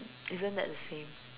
isn't that the same